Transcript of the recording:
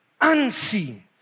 unseen